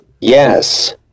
Yes